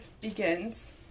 begins